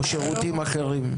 או שירותים אחרים.